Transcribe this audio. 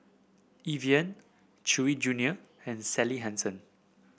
Evian Chewy Junior and Sally Hansen